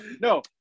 No